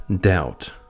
doubt